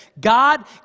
God